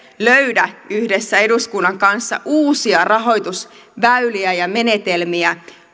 löydä yhdessä eduskunnan kanssa uusia rahoitusväyliä ja menetelmiä